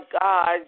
God